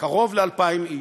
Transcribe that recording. קרוב ל-2,000 איש,